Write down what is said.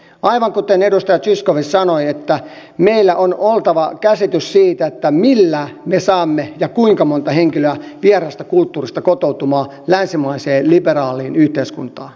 aivan kuten edustaja zyskowicz sanoi meillä on oltava käsitys siitä millä me saamme ja kuinka monta henkilöä vieraasta kulttuurista kotoutumaan länsimaiseen liberaaliin yhteiskuntaan